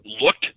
looked